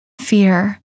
fear